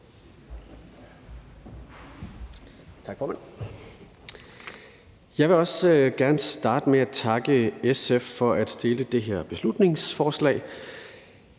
Jeg vil også gerne starte med at takke SF for at fremsætte det her beslutningsforslag.